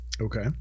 Okay